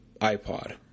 ipod